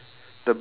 okay